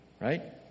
right